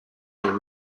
their